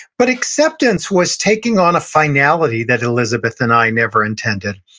but acceptance was taking on a finality that elisabeth and i never intended.